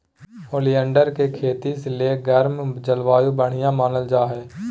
oleander के खेती ले गर्म जलवायु बढ़िया मानल जा हय